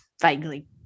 vaguely